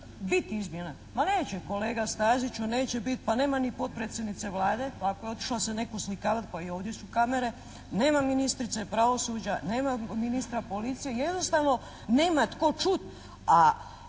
biti izmjena. Ma neće, kolega Staziću, neće biti, pa nema ni potpredsjednice Vlade. Pa ako je otišla se nekud slikavati pa i ovdje su kamere. Nema ministrice pravosuđa, nema ministra Policije, jednostavno nema tko čut,